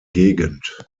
gegend